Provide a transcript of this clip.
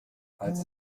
als